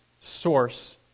source